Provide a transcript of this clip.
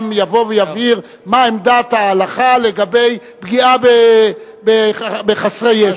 יבוא ויבהיר מה עמדת ההלכה לגבי פגיעה בחסרי ישע.